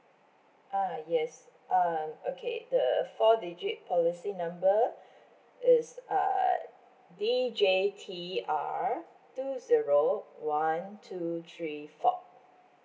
ah yes um okay the four digit policy number is err D J T R two zero one two three four